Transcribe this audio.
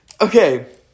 Okay